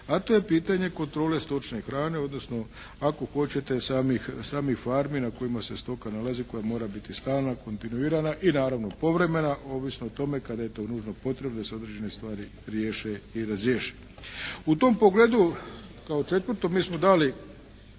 a to je pitanje kontrole stočne hrane, odnosno ako hoćete samih farmi na kojima se stoka nalazi, koja mora biti stalna, kontinuirana i naravno povremena, ovisno o tome kada je to nužno potrebno da se određene stvari riješe i razriješe. U tom pogledu kao četvrto mi smo dali